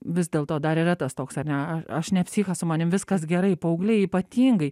vis dėl to dar yra tas toks ar ne aš ne psichas su manim viskas gerai paaugliai ypatingai